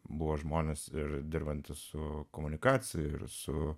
buvo žmonės ir dirbanti su komunikacija ir su